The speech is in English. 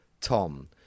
Tom